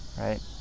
right